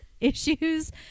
issues